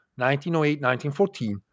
1908-1914